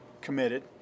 committed